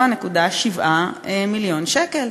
7.7 מיליון שקל.